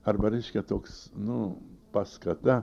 arba reiškia toks nu paskata